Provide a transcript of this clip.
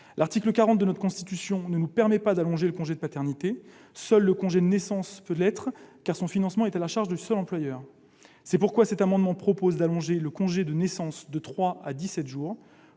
l'article 40 de notre Constitution ne nous permet pas d'allonger le congé de paternité. Seul le congé de naissance peut l'être, car son financement est à la charge du seul employeur. C'est pourquoi nous proposons, par cet amendement, d'allonger le congé de naissance de trois